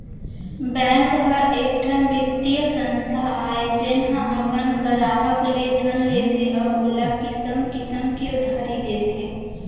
bank ह एकठन बित्तीय संस्था आय जेन ह अपन गराहक ले धन लेथे अउ ओला किसम किसम के उधारी देथे